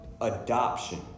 adoption